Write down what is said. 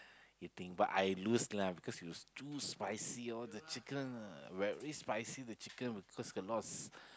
eating but I lose lah because it was too spicy lah all the chicken very spicy the chicken of course can lost